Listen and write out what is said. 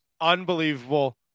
unbelievable